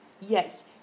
Yes